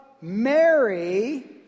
Mary